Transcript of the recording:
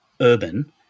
urban